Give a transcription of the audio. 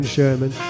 Sherman